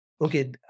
okay